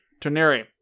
Toneri